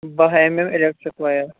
بہہ um um electric wire